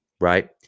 Right